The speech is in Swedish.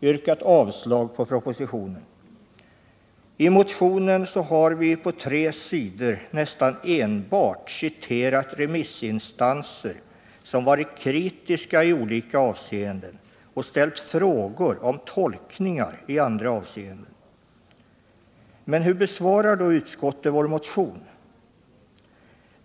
yrkat avslag på propositionen. I motionen har vi på tre sidor nästan enbart citerat remissinstanser som varit kritiska i olika avseenden och ställt frågor om tolkningar i andra avseenden. Hur besvarar då utskottet vår motion?